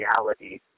reality